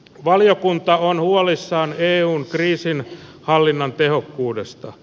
valiokunta on huolissaan eun kriisinhallinnan tehokkuudesta